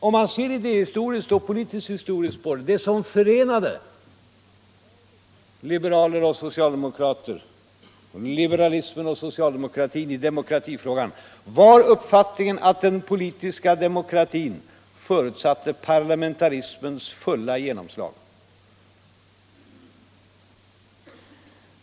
Om man ser idéhistoriskt och politiskt-historiskt, finner man att det som förenade liberalismen och socialdemokratin i demokratifrågan var uppfattningen att den politiska demokratin förutsatte parlamentarismens fulla genomslag.